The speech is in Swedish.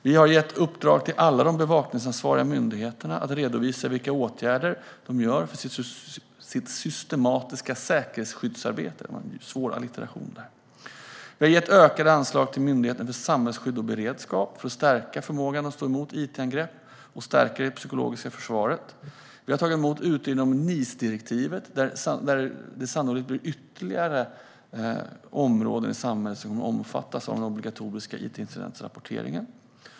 Vi har gett i uppdrag till alla de bevakningsansvariga myndigheterna att redovisa vilka åtgärder de vidtar för sitt systematiska säkerhetsskyddsarbete. Vi har gett ökade anslag till Myndigheten för samhällsskydd och beredskap för att stärka förmågan att stå emot it-angrepp och stärka det psykologiska försvaret. Vi har tagit emot utredningen om NIS-direktivet, där det sannolikt blir ytterligare områden i samhället som omfattas av den obligatoriska it-incidentrapporteringen.